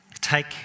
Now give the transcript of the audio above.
take